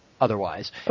otherwise